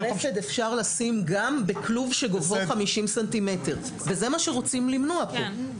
רפד אפשר לשים גם בכלוב שגובהו 50 סנטימטר וזה מה שרוצים למנוע כאן.